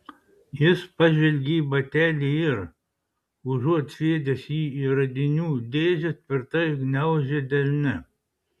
jis pažvelgė į batelį ir užuot sviedęs jį į radinių dėžę tvirtai gniaužė delne